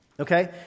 Okay